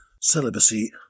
celibacy